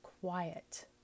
quiet